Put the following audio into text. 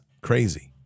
crazy